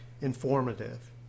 informative